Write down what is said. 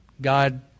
God